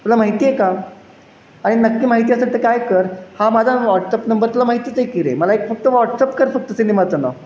तुला माहिती आहे का आणि नक्की माहिती असेल तर काय कर हा माझा व्हॉट्सअप नंबर तुला माहितीच आहे की रे मला एक फक्त व्हॉट्सअप कर फक्त सिनेमाचं नाव